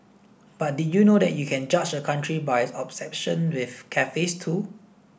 but did you know that you can judge a country by its obsession with cafes too